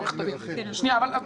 אני.